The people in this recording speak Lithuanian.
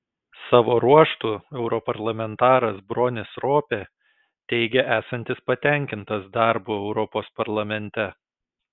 savo ruožtu europarlamentaras bronis ropė teigė esantis patenkintas darbu europos parlamente